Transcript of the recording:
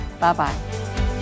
Bye-bye